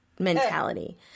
mentality